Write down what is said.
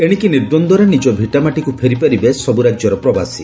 ଏଶିକି ନିର୍ଦ୍ୱନ୍ଦରେ ନିକ ଭିଟାମାଟିକୁ ଫେରିପାରିବେ ସବୁ ରାଜ୍ୟର ପ୍ରବାସୀ